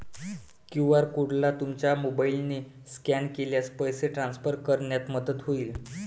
QR कोडला तुमच्या मोबाईलने स्कॅन केल्यास पैसे ट्रान्सफर करण्यात मदत होईल